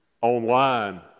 online